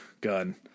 gun